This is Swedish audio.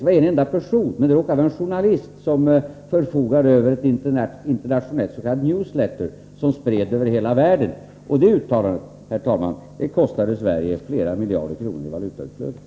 Det var fråga om en enda person, och det råkade vara en journalist som förfogar över ett internationellt s.k. newsletter, som spred hans uttalande över hela världen. Det uttalandet, herr talman, kostade Sverige flera miljarder kronor i valutautflöde.